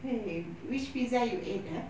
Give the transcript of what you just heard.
!hey! which pizza you ate ah